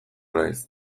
naiz